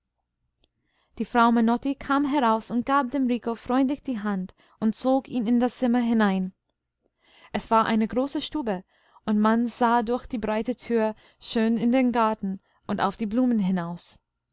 die frau menotti kam heraus und gab dem rico freundlich die hand und zog ihn in das zimmer hinein es war eine große stube und man sah durch die breite tür schön in den garten und auf die blumen hinaus